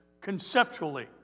conceptually